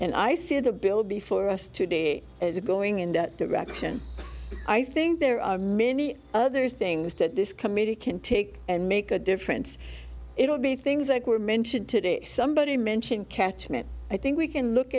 and i see the bill before us today is going in that direction i think there are many other things that this committee can take and make a difference it will be things like were mentioned today somebody mentioned catchment i think we can look